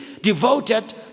devoted